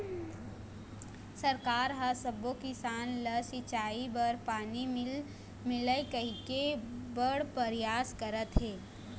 सरकार ह सब्बो किसान ल सिंचई बर पानी मिलय कहिके बड़ परयास करत हे